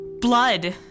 Blood